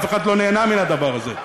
אף אחד לא נהנה מן הדבר הזה.